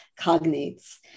cognates